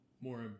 more